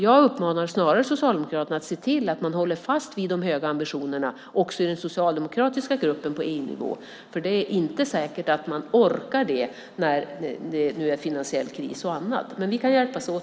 Jag uppmanar snarare Socialdemokraterna att se till att man håller fast vid de höga ambitionerna också i den socialdemokratiska gruppen på EU-nivå. Det är inte säkert att man orkar det när det nu är finansiell kris och annat. Men vi kan hjälpas åt.